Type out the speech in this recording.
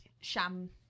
sham